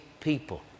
people